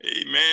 Amen